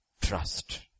trust